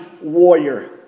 warrior